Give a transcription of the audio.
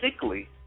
sickly